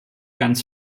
ganz